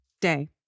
day